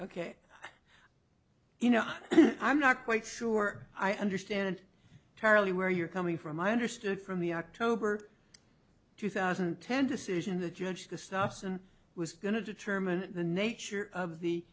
ok you know i'm not quite sure i understand it charlie where you're coming from i understood from the october two thousand and ten decision to judge the stocks and was going to determine the nature of the